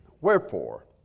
Wherefore